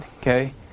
okay